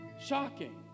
shocking